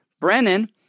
Brennan